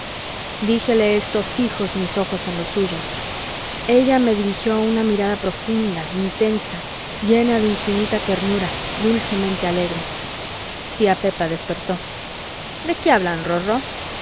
díjele esto fijos mis ojos en los suyos ella me dirigió una mirada profunda intensa llena de infinita ternura dulcemente alegre tía pepa despertó de qué hablaban rorró